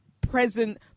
present